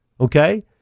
okay